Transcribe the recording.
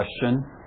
question